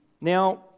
Now